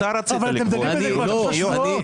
אבל אתה מדבר על זה כבר שלושה שבועות.